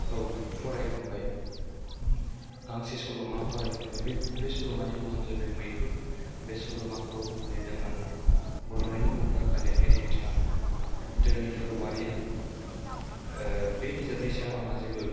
औ फरायखांबाय गांसे सल'मा फरायखांबाय बे बे सल'मानि मुङानो जाहैबाय मैहुर बे सल'माखौ लिरदोंमोन बर'निनो मुंदांखा लिरगिरि बिथां धर'निधर औवारिआ बे बिजाबनि सायाव आंहा जेबो